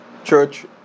Church